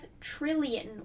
trillion